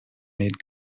made